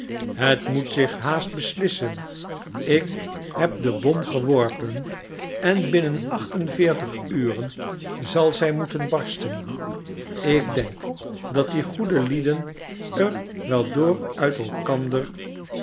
het moet zich haast beslissen ik heb de bom geworpen en binnen acht en veertig uren zal zij moeten barsten ik denk dat die goede lieden er wel door uit elkander